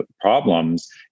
problems